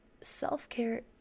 self-care